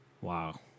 Wow